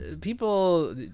people